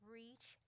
reach